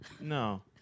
No